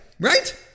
Right